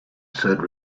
said